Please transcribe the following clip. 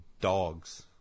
dogs